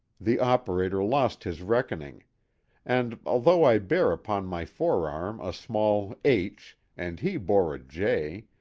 the operator lost his reckoning and although i bear upon my forearm a small h and he bore a j,